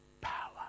power